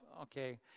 Okay